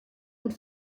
und